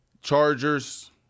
Chargers